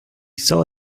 saw